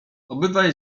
obydwaj